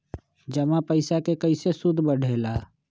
जमा पईसा के कइसे सूद बढे ला?